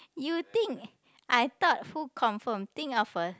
you think I thought who confirm think of a